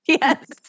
Yes